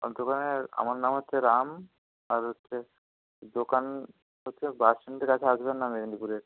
আর দোকানের আমার নাম হচ্ছে রাম আর হচ্ছে দোকান হচ্ছে বাস স্ট্যান্ডের কাছে আসবেন না মেদিনীপুরে